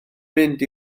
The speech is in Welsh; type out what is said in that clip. mynd